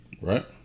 right